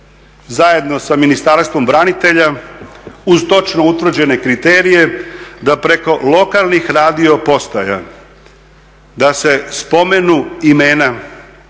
zajedno sa Ministarstvom branitelja, uz točno utvrđene kriterije, da preko lokalnih radiopostaja da se spomenu imena